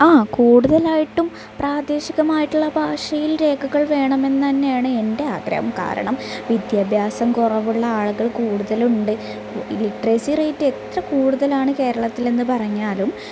ആ കൂടുതലായിട്ടും പ്രദേശികമായിട്ടുള്ള ഭാഷയിൽ രേഖകൾ വേണം എന്നു തന്നെയാണ് എൻ്റെ ആഗ്രഹം കാരണം വിദ്യാഭ്യാസം കുറവുള്ള ആളുകൾ കൂടുതലുണ്ട് ലിറ്ററേച്ച് റേറ്റ് എത്ര കൂടുതലാണ് കേരളത്തിലെന്ന് പറഞ്ഞാലും